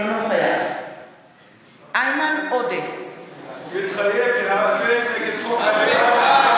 אינו נוכח איימן עודה מתחייב להיאבק נגד חוק הלאום,